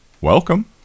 welcome